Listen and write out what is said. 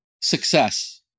success